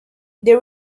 they